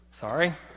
Sorry